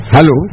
Hello